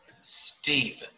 Steven